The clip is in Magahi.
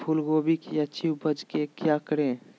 फूलगोभी की अच्छी उपज के क्या करे?